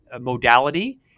modality